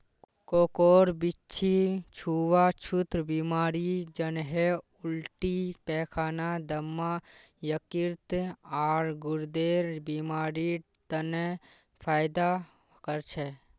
कोकोर बीच्ची छुआ छुत बीमारी जन्हे उल्टी पैखाना, दम्मा, यकृत, आर गुर्देर बीमारिड तने फयदा कर छे